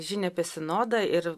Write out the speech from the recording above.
žinią apie sinodą ir